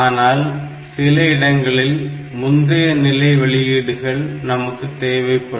ஆனால் சில இடங்களில் முந்தைய நிலை வெளியீடுகள் நமக்கு தேவைப்படும்